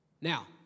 Now